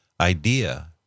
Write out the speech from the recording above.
idea